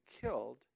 killed